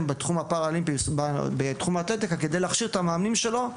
בתחום האתלטיקה כדי להכשיר את המאמנים שלו,